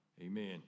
amen